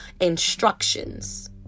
instructions